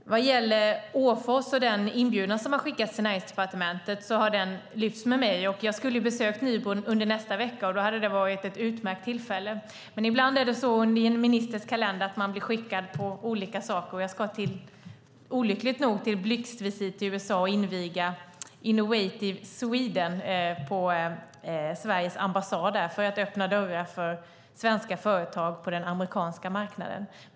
Jag har tagit del av inbjudan som Åfors skickat till Näringsdepartementet. Jag skulle ha besökt Nybro under nästa vecka, så det hade varit ett utmärkt tillfälle. Men som minister blir man ibland skickad på olika saker, och jag ska då oturligt nog på blixtvisit till USA och inviga Innovative Sweden på Sveriges ambassad för att öppna dörrar för svenska företag på den amerikanska marknaden.